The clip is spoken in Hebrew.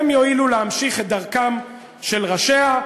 הם יואילו להמשיך את דרכם של ראשיה,